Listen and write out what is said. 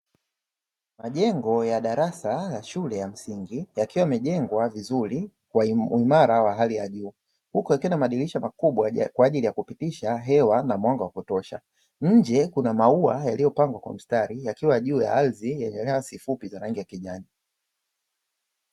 Majengo ya darasa ya shule ya msingi yakiwa yamejengwa vizuri kwa uimara wa hali ya juu huku yakiwa na madirisha makubwa kwa ajili ya kupitisha hewa na mwanga wa kutosha, nje kuna maua yaliyopangwa kwa mstari yakiwa juu ya ardhi yenye nyasi fupi za rangi ya kijani.